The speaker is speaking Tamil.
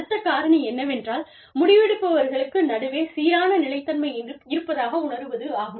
அடுத்த காரணி என்னவென்றால் முடிவெடுப்பவர்களுக்கு நடுவே சீரான நிலைத்தன்மை இருப்பதாக உணருவதாகும்